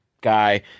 guy